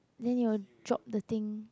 then you will drop the thing